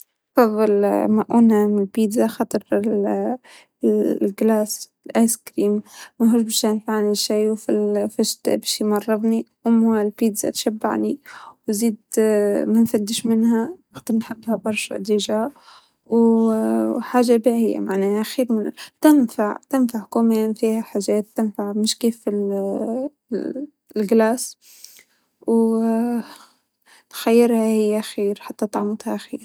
أعتقد إن ما أبي أحصل لا على هذا ولا على هذا، ترى كل شيء يزيد عن حده بينجلب لضده، إي أنا أحب البيتزا، وأحب الأيس كريم، لكن قصة إنه لا تنطلب لا ما أعتقد إني راح أفضل إن يكون عندي البيتزا الأيس كريم، في أشياء ثانية أهم وأساسية وظرورية راح أختارها.